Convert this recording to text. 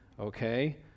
okay